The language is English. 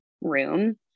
room